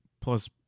plus